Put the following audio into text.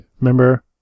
Remember